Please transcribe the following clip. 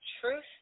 truth